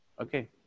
okay